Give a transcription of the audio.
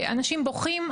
אנשים בוכים.